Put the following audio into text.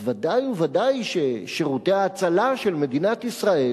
אז ודאי וודאי ששירותי ההצלה של מדינת ישראל